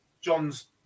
John's